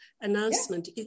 announcement